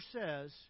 says